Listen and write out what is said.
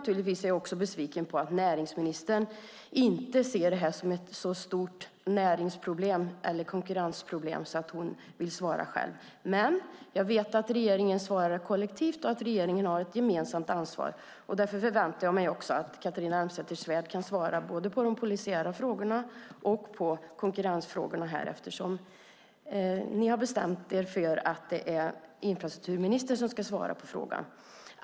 Givetvis är jag även besviken på att näringsministern inte ser detta som ett så stort närings eller konkurrensproblem att hon vill svara själv. Men jag vet att regeringen svarar kollektivt och att regeringen har ett gemensamt ansvar. Därför förväntar jag mig att Catharina Elmsäter-Svärd kan svara på både de polisiära frågorna och konkurrensfrågorna här, eftersom ni har bestämt er för att det är infrastrukturministern som ska svara på frågorna.